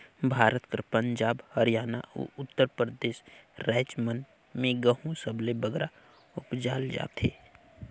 भारत कर पंजाब, हरयाना, अउ उत्तर परदेस राएज मन में गहूँ सबले बगरा उपजाल जाथे